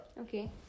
okay